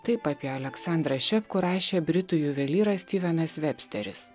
taip apie aleksandrą šepkų rašė britų juvelyras styvenas vebsteris